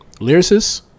Lyricists